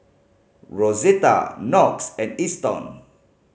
Rosetta Knox and Easton